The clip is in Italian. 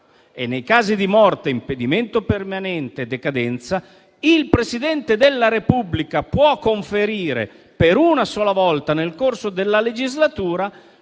e nei casi di morte, impedimento permanente e decadenza, il Presidente della Repubblica può conferire, per una sola volta nel corso della legislatura,